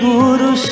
Guru